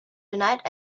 tonight